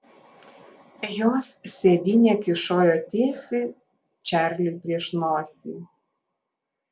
jos sėdynė kyšojo tiesiai čarliui prieš nosį